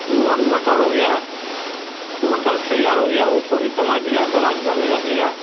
मटर हो गया मटर तैयार हो गया उसको भी दमा दिया दमाकर घर में रख लिया सब